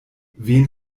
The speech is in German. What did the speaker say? wen